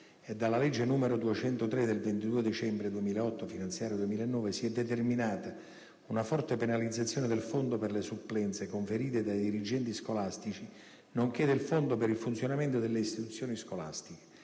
dalla legge n. 203 del 22 dicembre 2008 (legge finanziaria 2009) si è determinata una forte penalizzazione del Fondo per le supplenze conferite dai dirigenti scolastici, nonché del Fondo per il funzionamento delle istituzioni scolastiche.